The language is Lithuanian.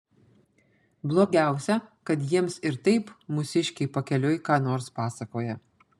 blogiausia kad jiems ir taip mūsiškiai pakeliui ką nors pasakoja